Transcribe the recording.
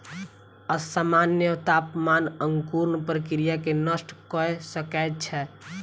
असामन्य तापमान अंकुरण प्रक्रिया के नष्ट कय सकै छै